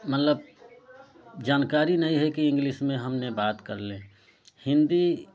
मतलब जानकारी नहीं है कि इंग्लिस में हमने बात कर लें हिंदी